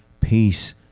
peace